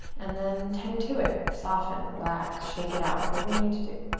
and then tend to it. soften, relax, shake it out, whatever you need to do.